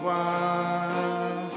one